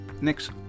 Next